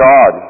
God